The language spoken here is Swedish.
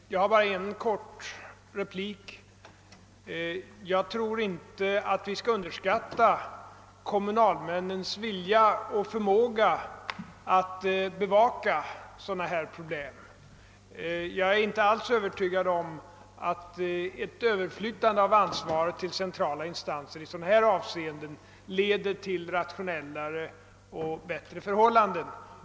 Herr talman! Bara en kort replik. Jag tror inte att vi skall underskatta kommunalmännens vilja och förmåga att bevaka problem av detta slag. Jag är inte alls övertygad om att ett överflyttande av ansvaret till centrala instanser leder till rationellare och bätt re förhållanden.